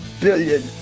billion